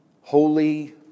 holy